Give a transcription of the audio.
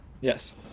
Yes